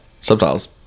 Subtitles